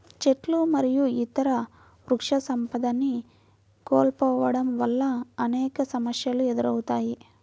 చెట్లు మరియు ఇతర వృక్షసంపదని కోల్పోవడం వల్ల అనేక సమస్యలు ఎదురవుతాయి